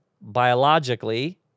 biologically